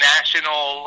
National